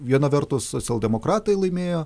viena vertus socialdemokratai laimėjo